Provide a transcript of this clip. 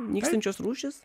nykstančios rūšys